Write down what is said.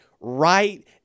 right